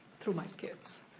through my kids.